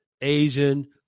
Asian